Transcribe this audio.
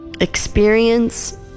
experience